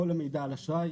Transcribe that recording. כל המידע על אשראי,